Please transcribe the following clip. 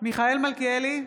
מיכאל מלכיאלי,